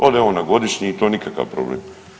Ode on na godišnji, to nikakav problem.